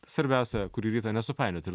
svarbiausia kuri rytą nesupainiot